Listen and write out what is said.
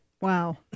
Wow